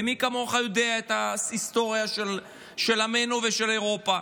ומי כמוך יודע את ההיסטוריה של עמנו ושל אירופה.